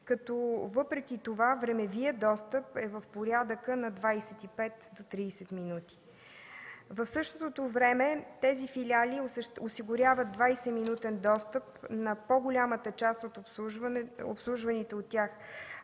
Въпреки това времевият достъп е в порядъка на 25-30 минути. В същото време тези филиали осигуряват 20-минутен достъп на по-голямата част от обслужваните по-малки